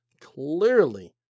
clearly